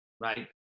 right